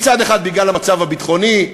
מצד אחד בגלל המצב הביטחוני,